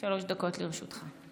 בבקשה, שלוש דקות לרשותך.